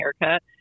haircut